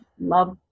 Love